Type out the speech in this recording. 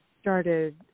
started